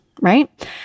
right